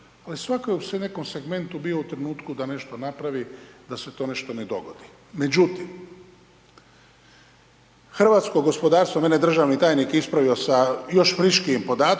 ali svatko je u nekom segmentu bio u trenutku da nešto napravi, da se to nešto ne dogodi. Međutim, hrvatsko gospodarstvo, mene je državni tajnik ispravio sa još friškijim podatkom.